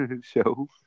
show